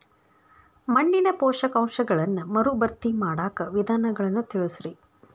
ಮಣ್ಣಿನ ಪೋಷಕಾಂಶಗಳನ್ನ ಮರುಭರ್ತಿ ಮಾಡಾಕ ವಿಧಾನಗಳನ್ನ ತಿಳಸ್ರಿ